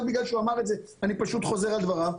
הוא אמר את זה, אני פשוט חוזר על דבריו.